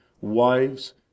wives